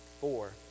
four